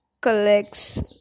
collects